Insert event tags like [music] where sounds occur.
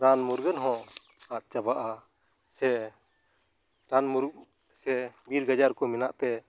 ᱨᱟᱱ ᱢᱩᱨᱜᱟᱹᱱ ᱦᱚᱸ ᱟᱫ ᱪᱟᱵᱟᱜᱼᱟ ᱥᱮ ᱨᱟᱱ [unintelligible] ᱥᱮ ᱵᱤᱨ ᱜᱟᱡᱲᱨ ᱠᱚ ᱢᱮᱱᱟᱜᱛᱮ